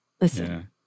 Listen